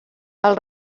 els